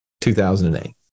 2008